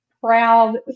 proud